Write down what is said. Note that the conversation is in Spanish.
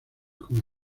con